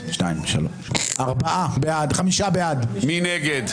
מי נגד?